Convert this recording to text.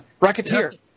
Rocketeer